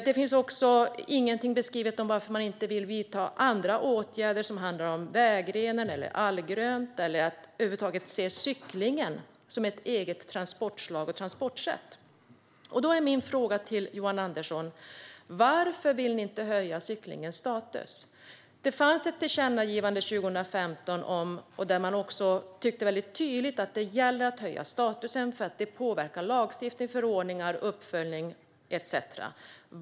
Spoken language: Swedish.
Det finns vidare heller ingen beskrivning av varför man inte vill vidta andra åtgärder som handlar om vägrenen eller allgrönt eller varför man över huvud taget inte vill se cykling som ett eget transportslag och transportsätt. Min fråga till Johan Andersson är därför: Varför vill ni inte höja cyklingens status? Det fanns ett tillkännagivande 2015 i vilket man väldigt tydligt tyckte att det gäller att höja statusen eftersom det påverkar lagstiftning, förordningar, uppföljning etcetera.